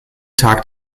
tag